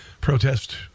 protest